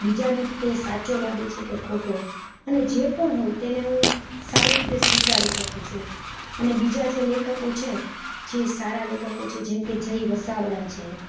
બીજાને તે સાચો લાગે છે કે ખોટો અને જે પણ હોય તેને હું સારી રીતે સ્વીકારી શકું છું અને બીજા જે લેખકો છે જે સારા લેખકો છે જેમકે જય વસાવડા